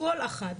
כל אחת,